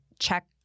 check